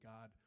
God